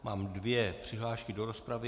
Mám dvě přihlášky do rozpravy.